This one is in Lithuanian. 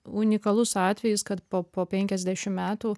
unikalus atvejis kad po po penkiasdešim metų